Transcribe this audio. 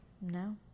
No